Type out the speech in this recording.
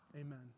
Amen